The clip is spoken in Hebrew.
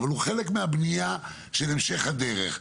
אבל הוא חלק מהבנייה של המשך הדרך.